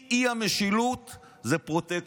שיא האי-משילות הוא פרוטקשן,